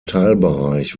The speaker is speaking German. teilbereich